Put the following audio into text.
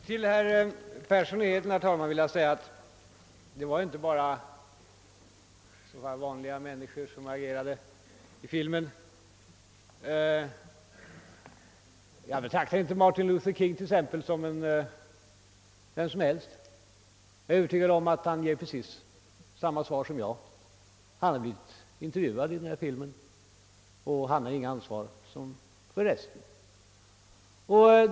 Herr talman! Till herr Persson i Heden vill jag säga att det ju inte var s.k. vanliga människor som agerade i filmen. Jag betraktar inte Martin Luther King t.ex. som vem som helst. Jag är övertygad om att han ger precis samma svar som jag: han har blivit intervjuad i denna film, och han har inget ansvar för resten av den.